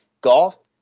golf